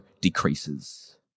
decreases